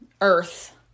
earth